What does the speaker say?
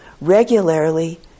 regularly